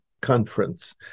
Conference